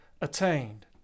attained